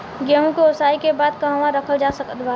गेहूँ के ओसाई के बाद कहवा रखल जा सकत बा?